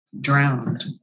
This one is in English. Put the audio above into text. drowned